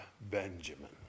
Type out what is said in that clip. Benjamin